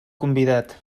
convidat